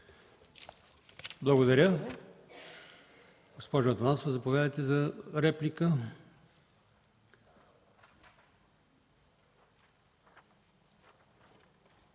Благодаря. Госпожо Атанасова, заповядайте за реплика.